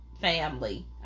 family